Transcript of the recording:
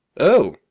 oh!